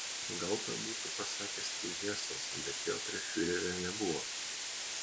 gal tą būtų pasakęs tik hesas bet jo prie fiurerio nebuvo